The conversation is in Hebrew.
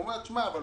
הוא אומר: אני